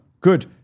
Good